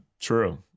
true